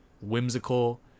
whimsical